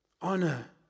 Honor